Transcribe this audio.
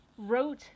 Wrote